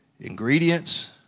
ingredients